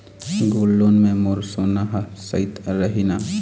Gold loan मे मोर सोना हा सइत रही न?